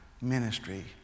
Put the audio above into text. ministry